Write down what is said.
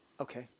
Okay